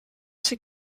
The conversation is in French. ses